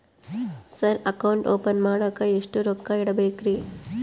Sir account open ಮಾಡಾಕ ಎಷ್ಟು ರೊಕ್ಕ ಇಡಬೇಕ್ರಿ?